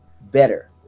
better